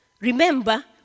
Remember